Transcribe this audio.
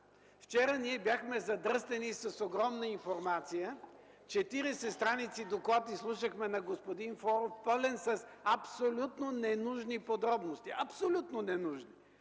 Вчера ние бяхме задръстени с огромна информация – 40 страници доклад изслушахме на господин Флоров, пълен с абсолютно ненужни подробности. Абсолютно ненужни.